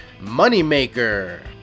moneymaker